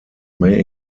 may